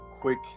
quick